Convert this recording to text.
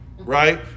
right